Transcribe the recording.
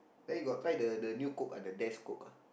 then you got try the the new Coke ah the Coke ah